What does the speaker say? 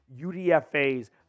UDFAs